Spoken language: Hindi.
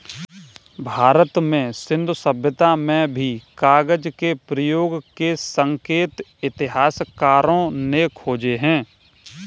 भारत में सिन्धु सभ्यता में भी कागज के प्रयोग के संकेत इतिहासकारों ने खोजे हैं